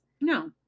No